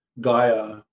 Gaia